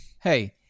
Hey